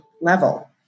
level